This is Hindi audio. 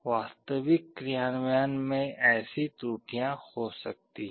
वास्तविक क्रियान्वयन में ऐसी त्रुटियां हो सकती हैं